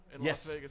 Yes